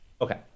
Okay